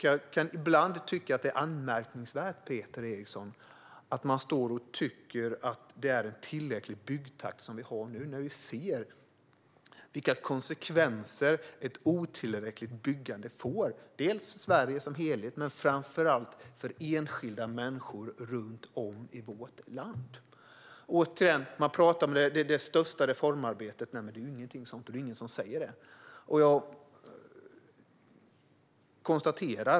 Jag kan ibland tycka att det är anmärkningsvärt, Peter Eriksson, att man tycker att det är en tillräcklig byggtakt som vi har nu när vi ser vilka konsekvenser ett otillräckligt byggande får dels i Sverige som helhet, dels, och framför allt, för enskilda människor runt om i vårt land. Man talar om det största reformarbetet, men det är ingenting sådant och det är ingen som säger det.